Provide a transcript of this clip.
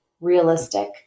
Realistic